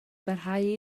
barhau